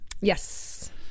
Yes